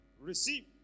Receive